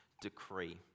decree